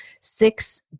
six